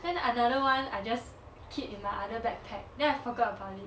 then another one I just keep in my other backpack then I forgot about it